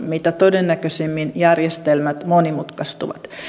mitä todennäköisimmin järjestelmät monimutkaistuvat